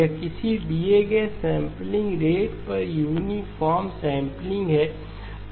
यह किसी दिए गए सेंपलिंग रेट पर यूनिफोर्म सेंपलिंग है